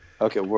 Okay